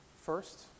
First